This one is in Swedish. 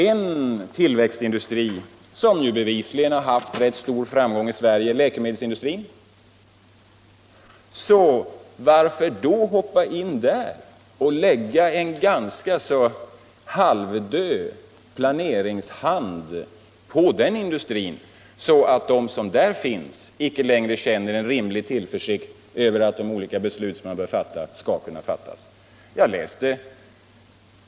En tillväxtindustri som ju bevisligen länge haft framgång är läkemedelsindustrin. Varför då hoppa in i denna industri och lägga en halvdöd planeringshand över den, så att de som verkar där inte längre känner rimlig tillförsikt när man skall fatta de nödvändiga besluten?